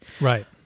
right